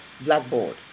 blackboard